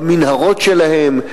במנהרות שלהם,